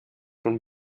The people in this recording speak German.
von